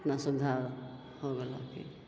एतना सुविधा हो गेलऽ कि